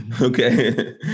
Okay